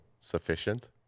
sufficient